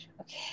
okay